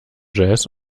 jazz